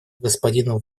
господину